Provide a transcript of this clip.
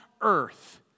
earth